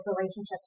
relationships